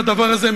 לדבר הזה,